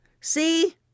See